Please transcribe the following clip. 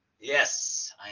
yes